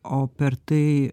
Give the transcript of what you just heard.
o per tai